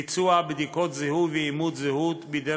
ביצוע בדיקות זיהוי ואימות זהות בידי